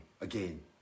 again